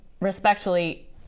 respectfully